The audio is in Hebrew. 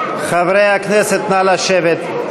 חברי הכנסת, נא לשבת.